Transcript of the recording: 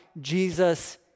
Jesus